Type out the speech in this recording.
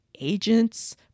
agents